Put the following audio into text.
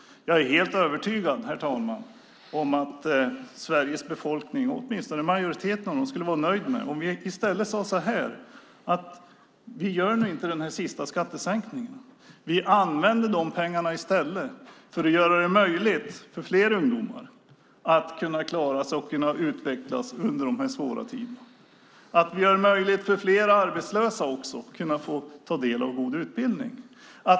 Jag är helt övertygad om att Sveriges befolkning, åtminstone majoriteten, skulle vara nöjd om vi i stället sade följande: Vi genomför inte den sista skattesänkningen. Vi använder i stället dessa pengar för att göra det möjligt för fler ungdomar att klara sig och utvecklas i dessa svåra tider. Vi gör det möjligt för fler arbetslösa att ta del av god utbildning.